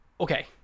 okay